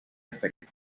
efecto